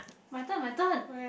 my turn my turn